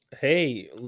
Hey